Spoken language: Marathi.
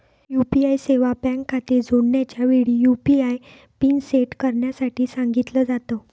यू.पी.आय सेवा बँक खाते जोडण्याच्या वेळी, यु.पी.आय पिन सेट करण्यासाठी सांगितल जात